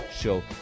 show